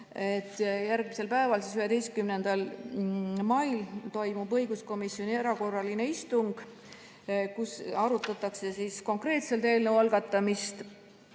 järgmisel päeval, 11. mail toimub õiguskomisjoni erakorraline istung, kus arutatakse konkreetselt eelnõu algatamist.